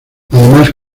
además